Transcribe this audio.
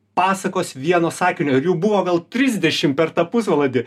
pasakos vieno sakinio ir jų buvo gal trisdešim per tą pusvalandį